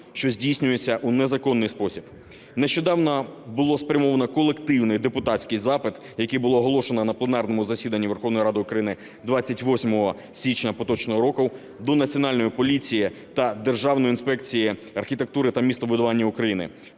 що здійснюються в незаконний спосіб. Нещодавно було спрямовано колективний депутатський запит, який було оголошено на пленарному засіданні Верховної Ради України 28 січня поточного року, до Національної поліції та Державної інспекції архітектури та містобудування України,